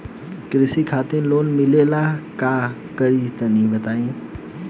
कृषि खातिर लोन मिले ला का करि तनि बताई?